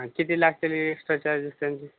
हा किती लागतेली एक्स्ट्रा चार्जेस त्याचे